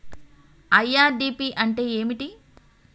IRDP అంటే ఏమిటి?